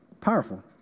powerful